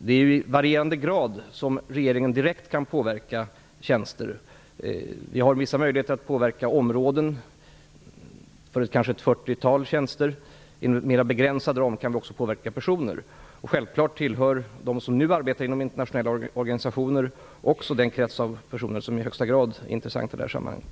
Det är ju i varierande grad som regeringen direkt kan påverka tjänster. Vi har vissa möjligheter att påverka områden för kanske ett 40-tal tjänster. Inom en mera begränsad ram kan vi också påverka personer. Självklart tillhör de som nu arbetar inom internationella organisationer också den krets av personer som i högsta grad är intressant i det här sammanhanget.